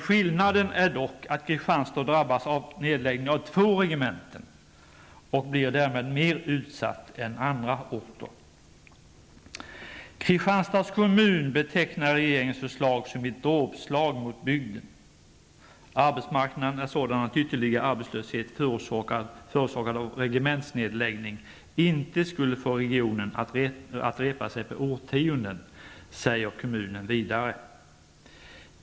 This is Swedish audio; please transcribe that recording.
Skillnaden är dock att Kristianstad drabbas av nedläggning av två regementen och blir därmed mer utsatt än andra orter. Kristianstads kommun betecknar regeringens förslag som ett dråpslag mot bygden. Arbetsmarknaden är sådan att ytterligare arbetslöshet, förorsakad av regementsnedläggning, inte skulle få regionen att repa sig på årtionden, säger kommunen vidare.